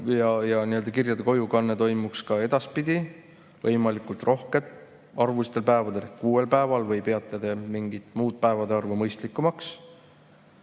ja kirjade kojukanne toimuks ka edaspidi võimalikult paljudel päevadel, kuuel päeval või peate te mingit muud päevade arvu mõistlikumaks?